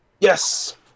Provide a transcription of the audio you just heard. Yes